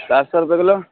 سات سو روپئے کلو